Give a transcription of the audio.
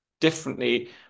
differently